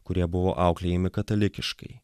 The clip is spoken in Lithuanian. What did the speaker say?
kurie buvo auklėjami katalikiškai